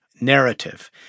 narrative